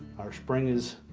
our spring is